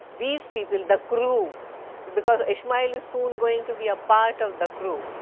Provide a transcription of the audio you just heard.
these people, the crew because ishmael is soon going to be a part of the crew,